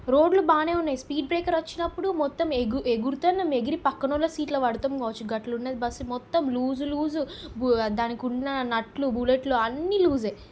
రోడ్లు బాగానే ఉన్నాయి స్పీడ్ బ్రేకర్ వచ్చినప్పుడు మొత్తం ఎగు ఎగురుతాన్నం ఎగిరి పక్కనోళ్ల సీట్లో పడతాం కావచ్చు అట్లున్నది బస్సు మొత్తం లూజు లూజు దానికున్న నట్లు బుల్లెట్లు అన్నీ లూజే